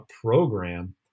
program